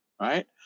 right